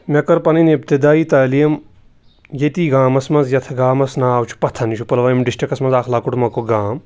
مےٚ کٔر پَنٕنۍ ابتدٲیی تٲلیٖم ییٚتی گامَس منٛز یَتھ گامَس ناو چھُ پتھَن یہِ چھُ پُلوٲمہِ ڈِسٹِرٛکَس منٛز اَکھ لۄکُٹ مَکُٹ گام